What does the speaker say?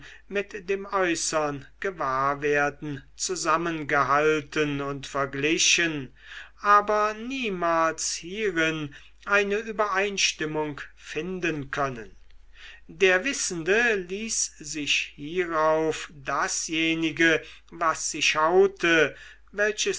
mit dem äußern gewahrwerden zusammengehalten und verglichen aber niemals hierin eine übereinstimmung finden können der wissende ließ sich hierauf dasjenige was sie